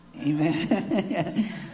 Amen